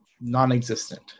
Non-existent